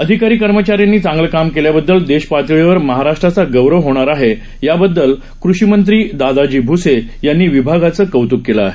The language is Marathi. अधिकारी कर्मचाऱ्यांनी चांगलं काम केल्यामुळे देशपातळीवर महाराष्ट्राचा गौरव होणार आहे याबद्दल कृषिमंत्री दादाजी भ्से यांनी विभागाचं कौत्क केलं आहे